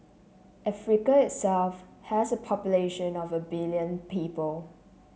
Africa itself has a population of a billion people